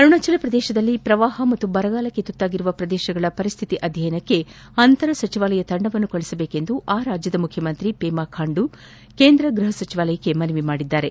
ಅರುಣಾಚಲ ಪ್ರದೇಶದಲ್ಲಿ ಪ್ರವಾಹ ಮತ್ತು ಬರಕ್ಕೆ ತುತ್ತಾಗಿರುವ ಪ್ರದೇಶಗಳ ಪರಿಸ್ವಿತಿ ಅದ್ದಯನಕ್ಕೆ ಅಂತರ ಸಚಿವಾಲಯ ತಂಡವನ್ನು ಕಳುಹಿಸುವಂತೆ ಆ ರಾಜ್ಯದ ಮುಖ್ಯಮಂತ್ರಿ ಪೆಮಾ ಖಾಂಡು ಕೇಂದ್ರ ಗೃಹ ಸಚಿವಾಲಯಕ್ಕೆ ಮನವಿ ಮಾಡಿದ್ದಾರೆ